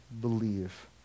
believe